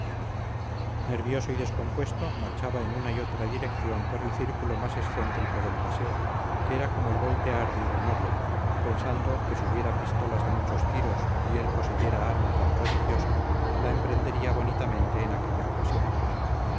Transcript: nervioso y descompuesto marchaba en una y otra dirección por el círculo más excéntrico del paseo que era como el voltear de una noria pensando que si hubiera pistolas de muchos tiros y él poseyera arma tan prodigiosa la emprendería bonitamente en aquella ocasión